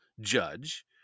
judge